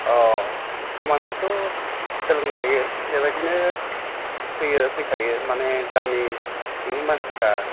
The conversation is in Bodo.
खामानिखौथ' सोलोंनो हायो बेबायदिनो फैयो फैखायो माने गामि सिंनि मानसिफ्रा